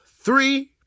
three